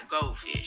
goldfish